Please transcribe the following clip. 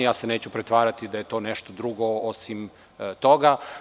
Neću se pretvarati da je to nešto drugo osim toga.